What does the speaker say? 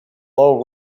low